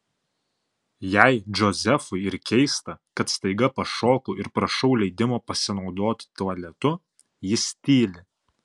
jei džozefui ir keista kad staiga pašoku ir prašau leidimo pasinaudoti tualetu jis tyli